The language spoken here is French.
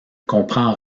comprend